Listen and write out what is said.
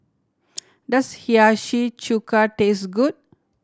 does Hiyashi Chuka taste good